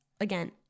again